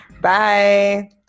Bye